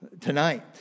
tonight